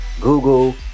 Google